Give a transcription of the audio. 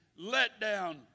letdown